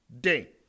day